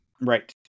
Right